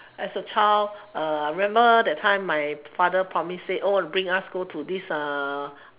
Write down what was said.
as a child I remember that time my father promised us to bring us go to this